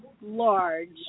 large